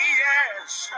yes